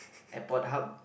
airport hub